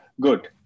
good